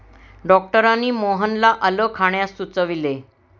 डॉक्टरांनी मोहनला आलं खाण्यास सुचविले